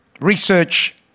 Research